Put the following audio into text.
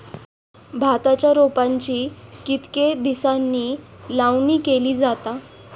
भाताच्या रोपांची कितके दिसांनी लावणी केली जाता?